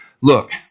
look